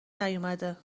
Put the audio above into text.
نیومده